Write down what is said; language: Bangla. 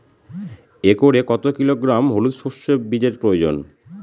একরে কত কিলোগ্রাম হলুদ সরষে বীজের প্রয়োজন?